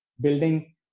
building